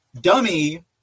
dummy